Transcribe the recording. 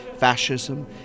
fascism